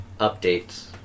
updates